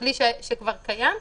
הכלי שכבר קיים.